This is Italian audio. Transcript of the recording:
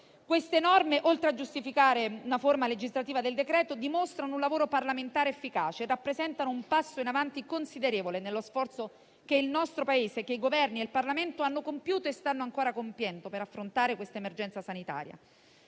Queste norme, oltre a giustificare la forma legislativa del decreto-legge, dimostrano un lavoro parlamentare efficace e rappresentano un passo in avanti considerevole nello sforzo che il nostro Paese, il Governo e il Parlamento hanno compiuto e stanno ancora compiendo per affrontare l'emergenza sanitaria.